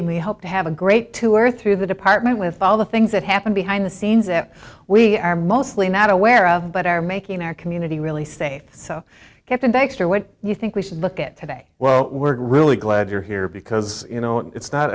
and we hope to have a great tour through the department with all the things that happened behind the scenes that we are mostly not aware of but are making our community really safe so captain baxter what you think we should look at today well we're really glad you're here because you know it's not